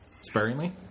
sparingly